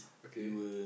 okay